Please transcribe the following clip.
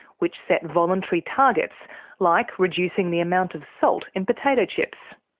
which set voluntary targets like reducing the amount of salt in potato chips.